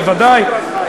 בוודאי,